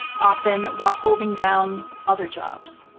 often while holding down other jobs.